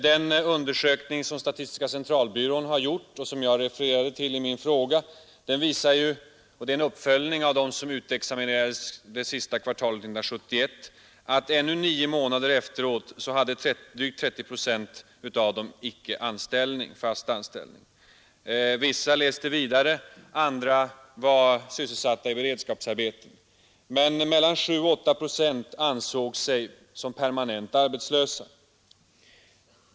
Den undersökning som statistiska centralbyrån har gjort, som jag refererade till i min fråga och som innebär uppföljning av dem som utexaminerades sista kvartalet 1971, visar att ännu nio månader efteråt hade drygt 30 procent av dem icke fast anställning. Vissa läste vidare och andra var sysselsatta i beredskapsarbeten, men mellan 7 och 8 procent ansåg sig vara permanent arbetslösa.